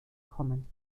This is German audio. kommen